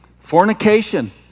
fornication